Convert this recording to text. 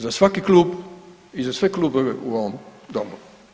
Za svaki klub i za sve klubove u ovom domu.